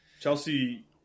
Chelsea